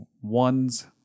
ones